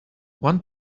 one